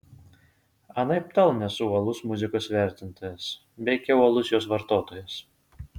anaiptol nesu uolus muzikos vertintojas veikiau uolus jos vartotojas